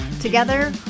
Together